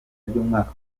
ry’umwaka